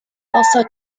also